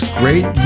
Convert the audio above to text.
great